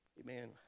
Amen